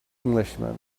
englishman